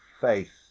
faith